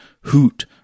hoot